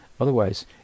Otherwise